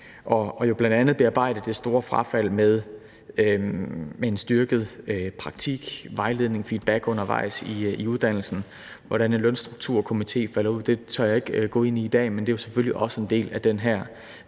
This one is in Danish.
og jo bl.a. bearbejde det store frafald med en styrket praktik, vejledning og feedback undervejs i uddannelsen. Hvordan en Lønstrukturkomité falder ud, tør jeg ikke gå ind i i dag, men det er selvfølgelig også en del af den her